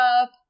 up